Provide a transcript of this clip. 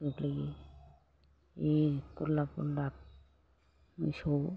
गोग्लैयो जि गुरलाब गुरलाब मोसौ